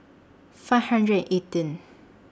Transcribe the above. five hundred eighteen